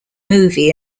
movie